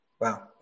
Wow